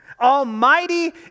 Almighty